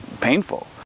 painful